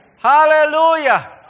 Hallelujah